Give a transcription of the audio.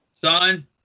son